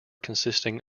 consisting